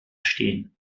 stehen